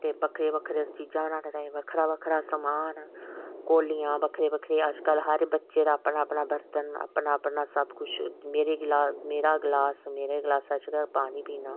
ते बक्खरी बक्खरी चीजां बनाने ताहीं बक्खरा बक्खरा समान कोल्लियां बक्खरे बक्खरे अज्जकल हर बच्चे दा अपना अपना बरतन अपना अपना सब कुछ मेरा गलास मेरे गलासै च गै पानी पीना